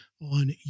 on